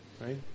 right